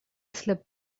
slipped